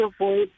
avoid